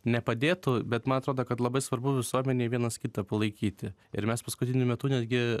nepadėtų bet man atrodo kad labai svarbu visuomenėje vienas kitą palaikyti ir mes paskutiniu metu netgi